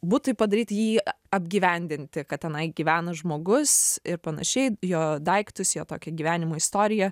butui padaryt jį apgyvendinti kad tenai gyvena žmogus ir panašiai jo daiktus jo tokį gyvenimų istoriją